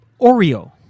Oreo